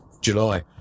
July